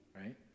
right